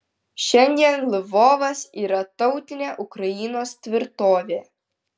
šiandien lvovas yra tautinė ukrainos tvirtovė